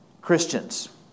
Christians